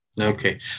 Okay